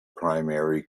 primary